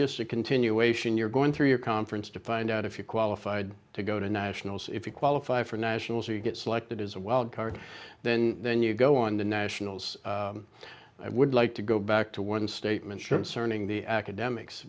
just a continuation you're going through your conference to find out if you're qualified to go to nationals if you qualify for nationals or you get selected as a wild card then then you go on to nationals i would like to go back to one statement from cern in the academics